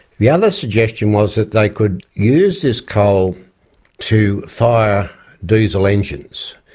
the other suggestion was that they could use this coal to fire diesel engines.